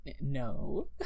no